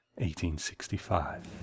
1865